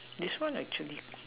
this one actually